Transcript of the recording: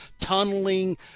tunneling